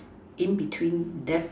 in between that